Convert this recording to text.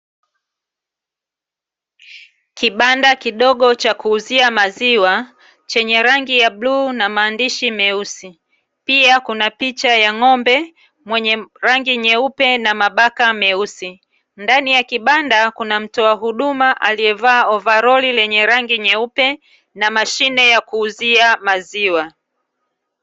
Kibanda kidogo cha kuuzia maziwa chenye rangi ya bluu na maandishi meusi. Pia, kuna picha ya ng'ombe mwenye rangi nyeupe na mabaka meusi. Ndani ya kibanda, kuna mtoa huduma aliyevaa ovaroli lenye rangi nyeupe na mashine ya kuuzia maziwa.